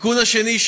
התיקון השני,